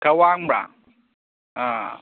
ꯈꯔ ꯋꯥꯡꯕ ꯑꯥ